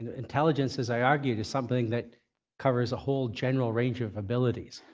and intelligence, as i argued, is something that covers a whole general range of abilities.